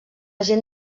gent